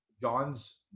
John's